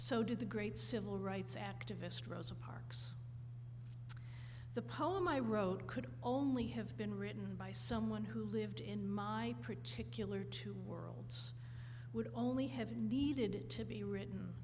so did the great civil rights activist rosa parks the poem i wrote could only have been written by someone who lived in my particular two worlds would only have needed to be written